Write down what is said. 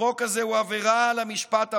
החוק הזה הוא עבירה על המשפט הבין-לאומי.